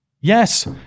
Yes